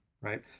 right